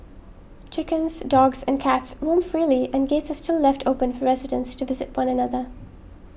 chickens dogs and cats roam freely and gates are still left open for residents to visit one another